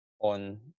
on